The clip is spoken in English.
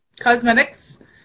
cosmetics